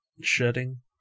shedding